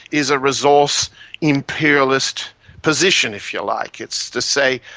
is a resource imperialist position, if you like. it's to say,